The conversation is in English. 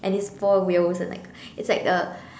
and it's four wheels and like it's like a